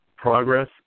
progress